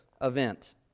event